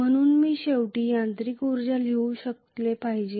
म्हणून मी शेवटी यांत्रिक ऊर्जा लिहू शकले पाहिजे